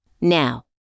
Now